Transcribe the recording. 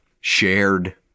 shared